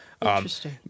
Interesting